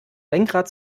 lenkrad